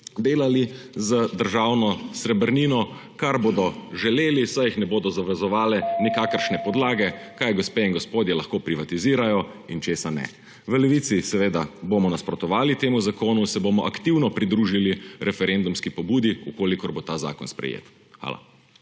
delali z državno srebrnino, kar bodo želeli, saj jih ne bodo zavezovale nikakršne podlage, kaj gospe in gospodje lahko privatizirajo in česa ne. V Levici seveda bomo nasprotovali temu zakonu, se bomo aktivno pridružili referendumski pobudi, če bo ta zakon sprejet. Hvala.